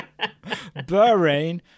Bahrain